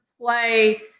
play